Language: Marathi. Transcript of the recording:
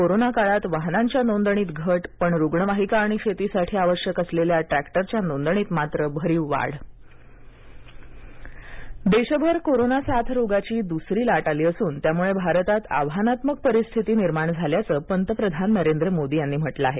कोरोना काळात वाहनांच्या नोंदणीत घट पण रुग्णवाहिका आणि शेतीसाठी आवश्यक असलेल्या ट्रॅक्टरच्या नोंदणीत मात्र भरीव वाढ पंतप्रधान मख्यमंत्री देशभर कोरोना साथरोगाची दुसरी लाट आली असून त्यामुळे भारतात आव्हानात्मक परिस्थिती निर्माण झाल्याचे पंतप्रधान नरेंद्र मोदी यांनी म्हंटलं आहे